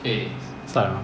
start liao mah